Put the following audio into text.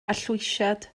arllwysiad